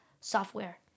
software